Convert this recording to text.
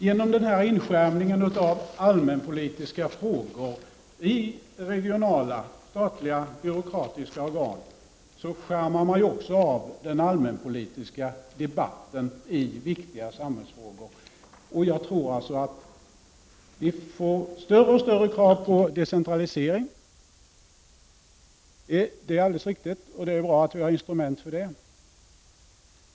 Genom denna avskärmning av allmänpolitiska frågor till regionala, statliga och byråkratiska organ skärmar man ju också av den allmänpolitiska debatten i viktiga samhällsfrågor. Jag tror att det kommer att ställas större och större krav på decentralisering. Och det är bra att vi har instrument för detta.